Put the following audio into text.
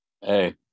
Hey